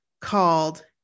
called